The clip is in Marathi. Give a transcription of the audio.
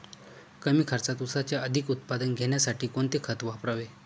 कमी खर्चात ऊसाचे अधिक उत्पादन घेण्यासाठी कोणते खत वापरावे?